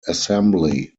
assembly